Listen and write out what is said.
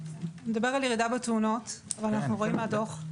הוא מדבר על ירידה במספר התאונות אבל אנחנו רואים מן הדוח,